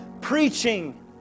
preaching